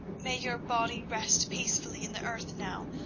may your body rest peacefully in the earth now,